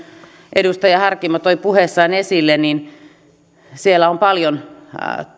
edustaja harkimo toi puheessaan esille siellä on paljon